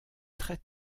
très